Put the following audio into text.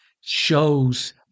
shows